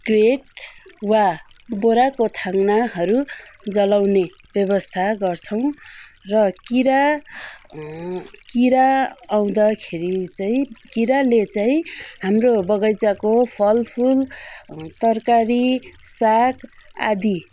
crate वा बोराको थाङ्नाहरू जलाउने व्यवस्था गर्छौँ र किरा किरा आउँदाखेरि चाहिँ किराले चाहिँ हाम्रो बगैँचाको फलफुल तरकारी साग आदि